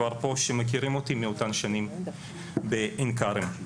שמכירים אותי מאותן השנים בעין כרם,